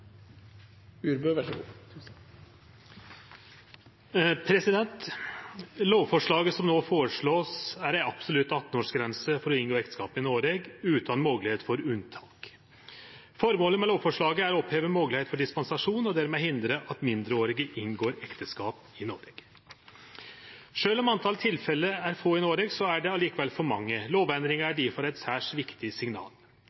ei absolutt 18-årsgrense for å inngå ekteskap i Noreg, utan moglegheit for unntak. Formålet med lovforslaget er å oppheve moglegheit for dispensasjon og dermed hindre at mindreårige inngår ekteskap i Noreg. Sjølv om talet på tilfelle er lågt i Noreg, er det likevel for mange.